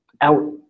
out